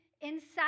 inside